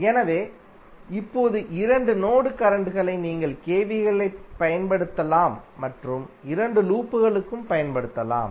எனவே இப்போது இரண்டு நோடு கரண்ட்களை நீங்கள் KVL களைப் பயன்படுத்தலாம் மற்றும் இரண்டு லூப்களுக்கும் பயன்படுத்தலாம்